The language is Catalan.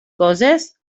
coses